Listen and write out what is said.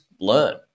learn